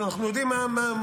אנחנו יודעים מה,